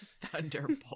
Thunderbolt